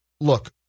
look